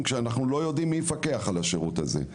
כשאנחנו לא יודעים מי יפקח על השירות הזה?